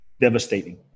Devastating